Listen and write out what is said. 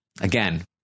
Again